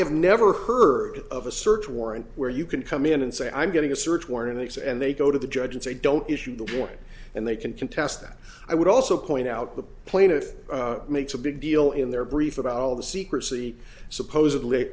have never heard of a search warrant where you can come in and say i'm getting a search warrant and it's and they go to the judge and say don't issue the warrant and they can contest that i would also point out the plaintiff makes a big deal in their brief about all the secrecy supposedly